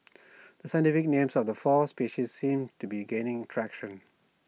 the scientific names of the four species seem to be gaining traction